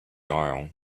aisle